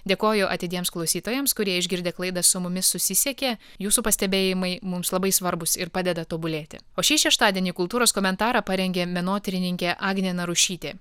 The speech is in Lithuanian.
dėkoju atidiems klausytojams kurie išgirdę klaidą su mumis susisiekė jūsų pastebėjimai mums labai svarbūs ir padeda tobulėti o šį šeštadienį kultūros komentarą parengė menotyrininkė agnė narušytė